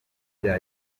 ibya